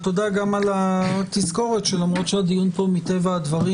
תודה גם על התזכורת שלמרות שהדיון פה מטבע הדברים